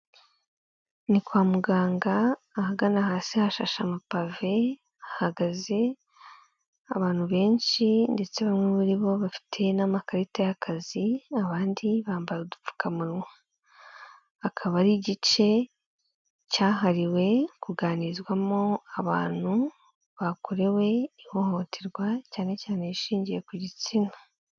Ni kwa muganga ahagana hasi hashashe amapave hahagaze abantu benshi ndetse bamwe muri bo bafite n'amakarita y'akazi abandi bambaye udupfukamunwa, akaba ari igice cyahariwe kuganirizwamo abantu bakorewe ihohoterwa cyane cyane rishingiye ku gitsina.